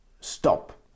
stop